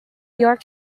york